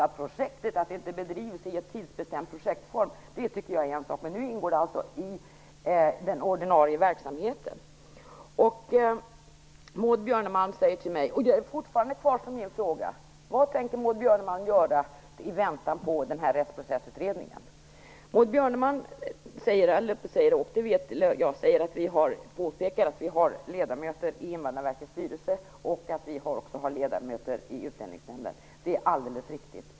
Att det inte bedrivs i en tidsbestämd projektform är en sak, men det ingår alltså i den ordinarie verksamheten. Min fråga kvarstår: Vad tänker Maud Björnemalm göra i väntan på utredningen? Maud Björnemalm påpekar att vi har ledamöter i Det är alldeles riktigt.